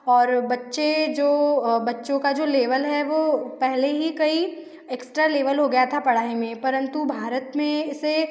और बच्चे जो बच्चों का जो लेवल है वो पहले है कई एक्स्ट्रा लेवल हो गया था पढ़ाई में परन्तु भारत में इसे